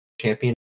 champion